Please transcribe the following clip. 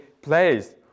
Place